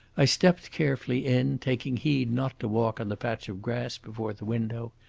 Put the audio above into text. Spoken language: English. i stepped carefully in, taking heed not to walk on the patch of grass before the window.